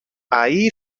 ahí